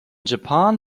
japan